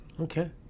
Okay